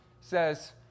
says